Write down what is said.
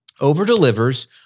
over-delivers